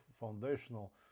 foundational